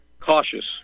cautious